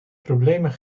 problemen